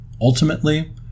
ultimately